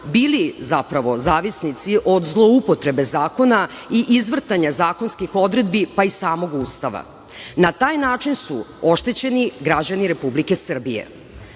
bili zapravo zavisnici od zloupotrebe zakona i izvrtanja zakonskih odredbi, pa i samog Ustava. Na taj način su oštećeni građani Republike Srbije.